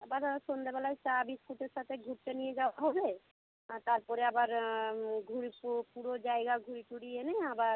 আবার সন্ধেবেলায় চা বিস্কুটের সাথে ঘুরতে নিয়ে যাওয়া হবে আর তারপরে আবার ঘুর পুরো পুরো জায়গা ঘুরিয়ে টুরিয়ে এনে আবার